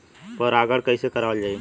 परागण कइसे करावल जाई?